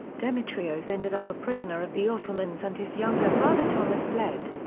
demetrios ended up a prisoner of the ottomans and his younger brother thomas fled.